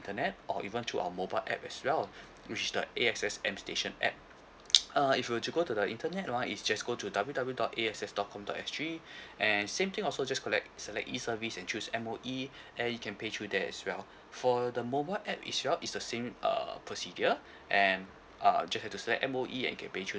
internet or even through our mobile app as well which the A_X_S M station app uh if you were to go to the internet one is just go to W W dot A_X_S dot com dot S_G and same thing also just collect select E service and choose M_O_E and you can pay through there as well for the mobile app is is the same err procedure and err you just have to select M_O_E and can pay it through